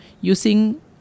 using